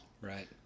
right